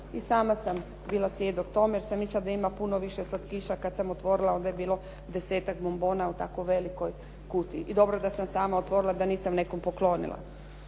I sama sam bila svjedok tome, jer sam mislila da ima puno više slatkiša, a kad sam otvorila onda je bilo 10-tak bombona u tako velikoj kutiji. I dobro da sam sama otvorila, da nisam nekom poklonila.